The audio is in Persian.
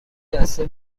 دسته